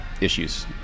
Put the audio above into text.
issues